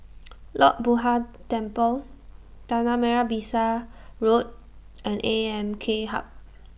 Lord Buddha Temple Tanah Merah Besar Road and A M K Hub